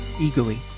eagerly